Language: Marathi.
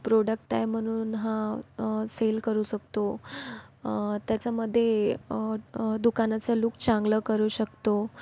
प्रोडक्ट आहे म्हणून हा सेल करू शकतो त्याच्यामध्ये दुकानाचं लुक चांगलं करू शकतो